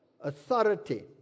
Authority